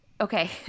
Okay